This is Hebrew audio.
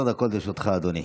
עשר דקות לרשותך, אדוני.